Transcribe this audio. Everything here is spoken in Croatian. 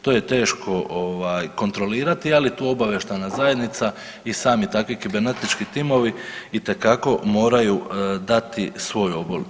To je teško ovaj kontrolirati, ali tu obavještajna zajednica i sami takvi kibernetički timovi itekako moraju dati svoj obol.